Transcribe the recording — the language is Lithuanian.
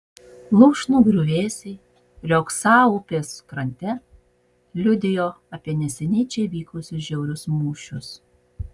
lūšnų griuvėsiai riogsą upės krante liudijo apie neseniai čia vykusius žiaurius mūšius